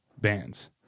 bands